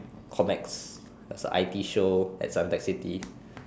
comics there's a I_T show at Suntec-city